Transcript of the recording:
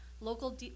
local